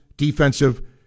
defensive